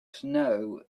snow